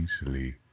easily